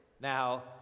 Now